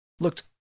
looked